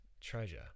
treasure